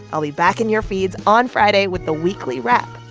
i'll be back in your feeds on friday with the weekly wrap.